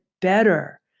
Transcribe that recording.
better